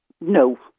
No